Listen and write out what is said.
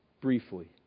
briefly